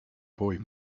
boy